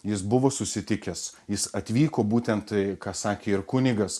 jis buvo susitikęs jis atvyko būtent ką sakė ir kunigas